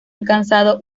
alcanzado